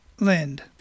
lind